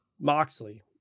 Moxley